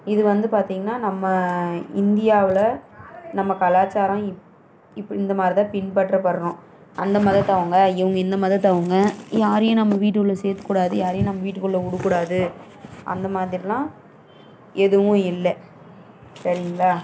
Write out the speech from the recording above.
இது வந்து பார்த்திங்கன்னா நம்ம இந்தியாவில் நம்ம கலாச்சாரம் இப் இப்போ இந்தமாதிரிதான் பின்பற்றப்படுறோம் அந்த மதத்தவங்கள் இவங்க இந்த மதத்தவங்கள் யாரையும் நம்ம வீட்டுக்குள்ளே சேர்க்கக்கூடாது யாரையும் நம்ம வீட்டுக்குள்ளே விடக்கூடாது அந்தமாதிரிலாம் எதுவும் இல்லை சரிங்களா